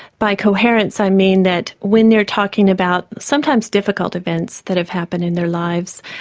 by coherence i mean that when they're talking about sometimes difficult events that have happened in their lives,